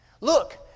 Look